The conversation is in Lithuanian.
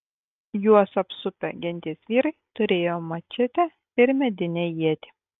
juos apsupę genties vyrai turėjo mačetę ir medinę ietį